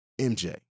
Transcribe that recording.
MJ